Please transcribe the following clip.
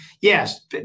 yes